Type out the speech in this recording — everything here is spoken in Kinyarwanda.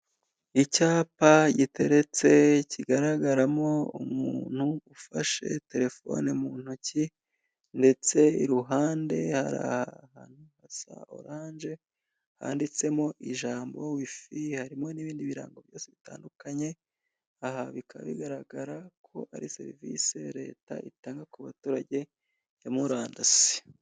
Icyapa giteretse, kigaragaramo umuntu ufashe telefone mu ntoki, ndetse iruhande hari ahantu hasa oranje, handitsemo ijambo wifi, harimo n'ibindi birango byose bitandukanye, aha bikaba bigaragara ko ari serivise leta itanga ku baturage, ya murandasi.